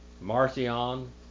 Marcion